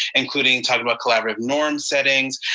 including talking about collaborative norms settings,